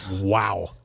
Wow